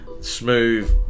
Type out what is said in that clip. Smooth